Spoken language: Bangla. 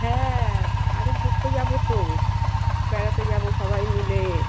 হ্যাঁ আরে ঘুরতে যাবো তো বেড়াতে যাবো সবাই মিলে